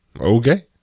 Okay